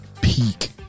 Peak